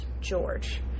George